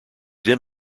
then